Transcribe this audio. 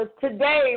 today